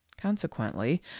consequently